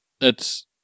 It's-